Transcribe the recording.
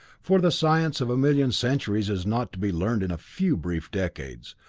for the science of a million centuries is not to be learned in a few brief decades,